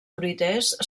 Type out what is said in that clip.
fruiters